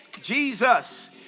Jesus